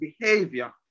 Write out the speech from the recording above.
behavior